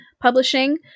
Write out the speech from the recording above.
publishing